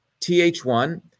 Th1